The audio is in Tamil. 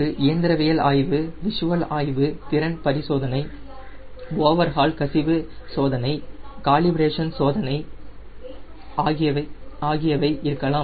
ஒரு இயந்திரவியல் ஆய்வு விஷுவல் ஆய்வு திறன் பரிசோதனை ஓவர்ஹால் கசிவு சோதனை காலிபரேஷன் சோதனை ஆகியவை இருக்கலாம்